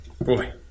Boy